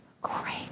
Great